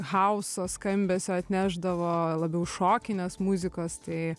halso skambesio atnešdavo labiau šokinės muzikos tai